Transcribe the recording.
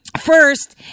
First